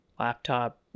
laptop